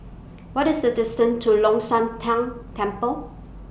What IS The distance to Long Shan Tang Temple